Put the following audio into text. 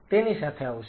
તેની સાથે આવશે